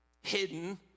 hidden